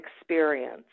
experience